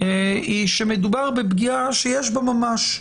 היא שמדובר בפגיעה שיש בה ממש.